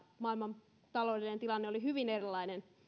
maailmantaloudellinen tilanne oli hyvin erilainen